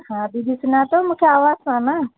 हा दीदी सुञातो मूंखे आवाज़ु सां न